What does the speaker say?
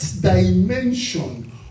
dimension